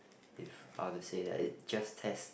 if how to say that it just test